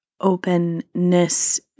openness